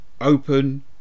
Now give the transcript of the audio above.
open